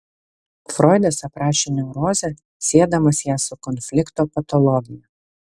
froidas aprašė neurozę siedamas ją su konflikto patologija